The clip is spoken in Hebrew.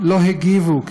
לא הגיבו,